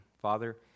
Father